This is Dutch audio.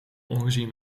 ongezien